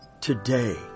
today